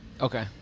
okay